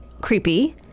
creepy